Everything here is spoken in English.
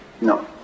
No